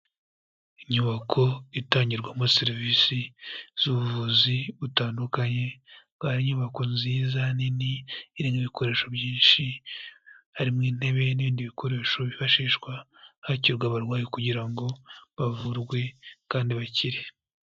Inyubako itangirwamo serivisi z'ubuvuzi butandukanye, za nyubako nziza nini irimo ibikoresho byinshi, harimo intebe n'ibindi bikoresho bifashishwa, hakirirwa abarwayi kugira ngo bavurwe kandi bakire.